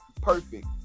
Perfect